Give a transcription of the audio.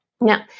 Now